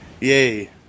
yay